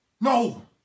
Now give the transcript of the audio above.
No